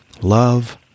Love